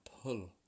pull